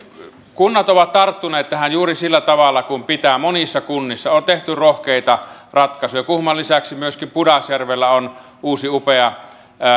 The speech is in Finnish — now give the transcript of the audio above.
kunnat ovat tarttuneet tähän juuri sillä tavalla kuin pitää monissa kunnissa on tehty rohkeita ratkaisuja kuhmon lisäksi myöskin pudasjärvellä on uusi upea